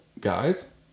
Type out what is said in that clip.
guys